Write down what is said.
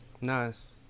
Nice